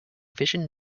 vision